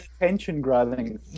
attention-grabbing